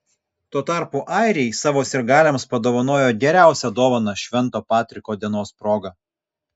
tuo tarpu airiai savo sirgaliams padovanojo geriausią dovaną švento patriko dienos proga